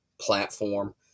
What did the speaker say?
platform